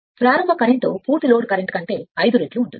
ప్రారంభ కరెంట్ ఐదుపూర్తి load current కంటే 5 రెట్లు ఉంటుంది